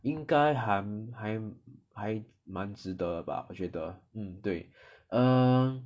应该还还还蛮值得的吧我觉得 mm 对 err